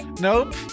Nope